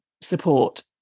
support